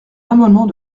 amendement